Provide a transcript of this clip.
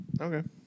Okay